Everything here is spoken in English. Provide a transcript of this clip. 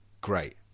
great